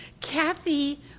Kathy